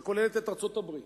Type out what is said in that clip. שכוללת את ארצות-הברית,